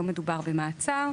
לא מדובר במעצר.